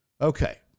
okay